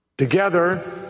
Together